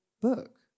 book